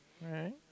Right